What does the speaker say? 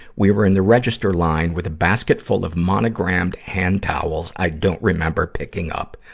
we were in the register line, with a basket full of monogrammed hand towels i don't remember picking up.